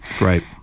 right